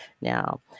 Now